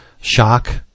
shock